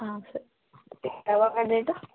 ಹಾಂ ಸರಿ